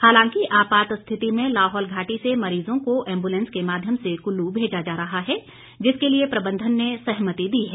हालांकि आपात स्थिति में लाहौल घाटी से मरीजों को एंबुलेंस के माध्यम से कुल्लू भेजा जा रहा है जिसके लिए प्रबंधन ने सहमति दी है